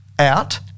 Out